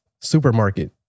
Supermarket